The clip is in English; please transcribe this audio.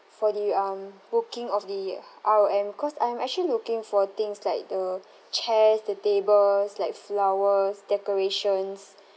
for the um booking of the R_O_M cause I'm actually looking for things like the chairs the tables like flowers decorations